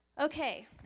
Okay